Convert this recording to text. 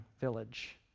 village